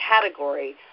category